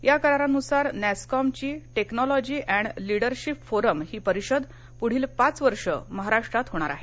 या करारानुसार नॅसकॉमची टेक्नॉलॉजी अँड लीडरशिप फोरम ही परिषद पुढील पाच वर्षे महाराष्ट्रात होणार आहे